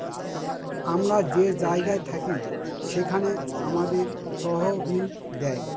আমরা যে জায়গায় থাকি সেখানে আমাদের তহবিল দেয়